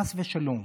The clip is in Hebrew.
חס ושלום.